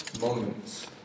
moments